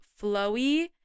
flowy